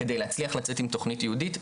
על מנת להצליח לצאת עם תכנית ייעודית.